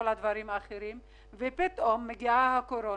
אבל פתאום הגיעה הקורונה,